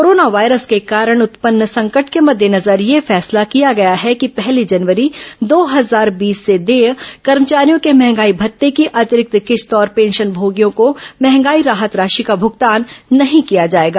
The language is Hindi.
कोरोना वायरस के कारण उत्पन्न संकट के मद्देनजर यह फैसला किया गया है कि पहली जनवरी दो हजार बीस से देय कर्मचारियों के महंगाई भत्ते की अतिरिक्त किस्त और पेंशनमोगियों को महंगाई राहत राशि का भुगतान नहीं किया जाएगा